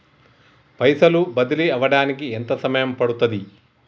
పైసలు బదిలీ అవడానికి ఎంత సమయం పడుతది?